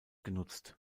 genutzt